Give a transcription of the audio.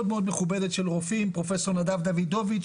מאוד מכובדת של רופאים כמו פרופסור נדב דוידוביץ,